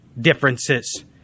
differences